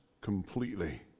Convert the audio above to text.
completely